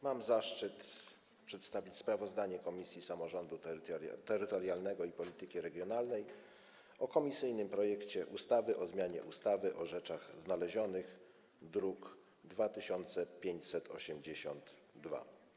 Mam zaszczyt przedstawić sprawozdanie Komisji Samorządu Terytorialnego i Polityki Regionalnej o komisyjnym projekcie ustawy o zmianie ustawy o rzeczach znalezionych, druk nr 2582.